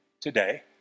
today